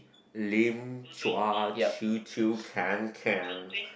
Lim Chua Chee Chu Kang Kang